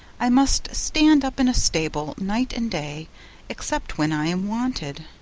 i must stand up in a stable night and day except when i am wanted,